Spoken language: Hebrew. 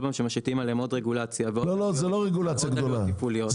כל פעם שמטילים עליהם עוד רגולציה ועוד עלויות תפעוליות,